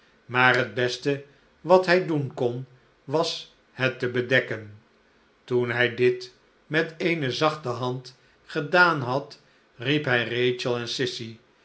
maar het beste wat hij doen kon was het te bedekken toen hij dit met eene zachte hand gedaan had riep hij kachel en sissy